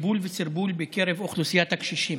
לבלבול וסרבול בקרב אוכלוסיית הקשישים.